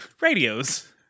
Radios